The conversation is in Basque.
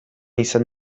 izan